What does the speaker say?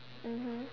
mmhmm